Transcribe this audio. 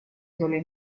sole